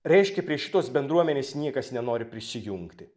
reiškia prie šitos bendruomenės niekas nenori prisijungti